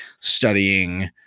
studying